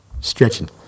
stretching